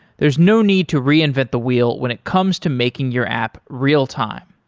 there's no need to reinvent the wheel when it comes to making your app real-time.